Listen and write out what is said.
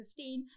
2015